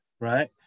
Right